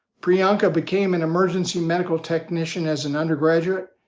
priyanka became an emergency medical technician as an undergraduate,